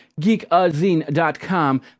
Geekazine.com